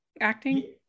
acting